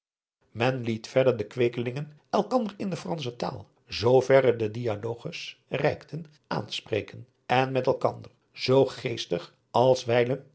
men liet verder de kweekelingen elkander in de fransche taal zooverre de dialogues reikten aanspreken en met elkander zoo geestig als